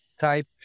type